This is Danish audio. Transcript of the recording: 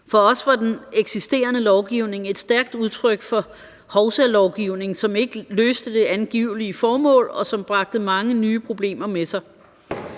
For os var den eksisterende lovgivning et stærkt udtryk for hovsalovgivning, som ikke løste det angivelige formål, og som bragte mange nye problemer med sig,